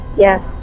Yes